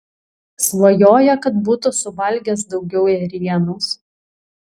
svajoja kad būtų suvalgęs daugiau ėrienos